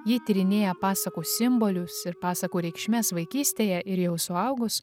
ji tyrinėja pasakų simbolius ir pasakų reikšmes vaikystėje ir jau suaugus